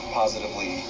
positively